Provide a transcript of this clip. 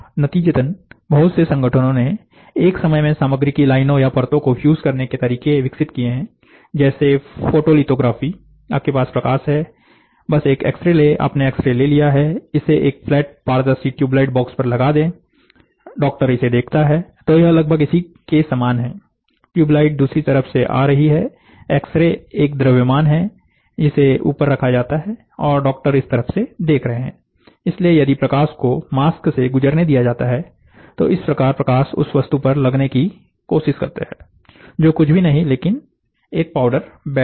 नतीजतन बहुत से संगठनों ने एक समय में सामग्री की लाइनों या परतों को फ्यूज करने के तरीके विकसित किए हैं जैसे फोटोलिथोग्राफी आपके पास प्रकाश है बस एक एक्स रे लेआपने एक्स रे ले लिया है इसे एक फ्लैट पारदर्शी ट्यूबलाइट बॉक्स पर लगा दे इसे डॉक्टर देखता है तो यह लगभग इसी के समान है ट्यूबलाइट दूसरी तरफ से आ रही है एक्स रे एक द्रव्यमान हैं जिसे ऊपर रखा जाता है और डॉक्टर इस तरफ से देख रहे हैं इसलिए यदि प्रकाश को मास्क से गुजरने दिया जाता है तो इस प्रकार प्रकाश उस वस्तु पर लगने की कोशिश करता है जो कुछ भी नहीं लेकिन एक पाउडर बेड है